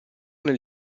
nel